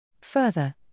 Further